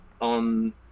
on